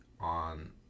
on